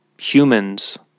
humans